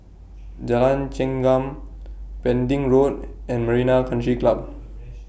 Jalan Chengam Pending Road and Marina Country Club